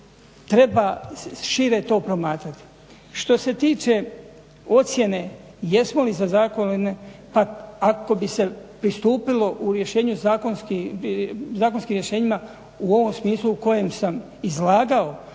treba šire to promatrati. Što se tiče ocjene jesmo li za zakon ili ne, pa ako bi se pristupilo u rješenju zakonskim rješenjima u ovom smislu u kojem sam izlagao,